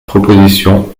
proposition